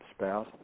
spouse